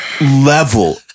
Level